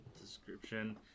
description